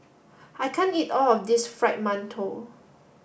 I can't eat all of this fried Mantou